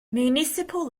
municipal